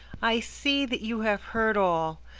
i see that you have heard all.